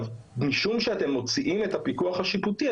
משום שאתם מוציאים את הפיקוח השיפוטי,